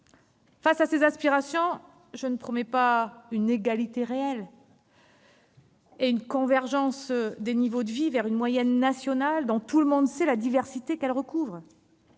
Face à ces aspirations, je ne promets pas une égalité réelle ni une convergence des niveaux de vie vers une moyenne nationale, dont tout le monde sait que celle-ci recouvre